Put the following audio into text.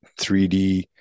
3d